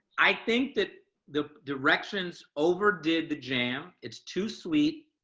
i think that the directions over did the jam. it's too sweet.